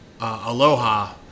Aloha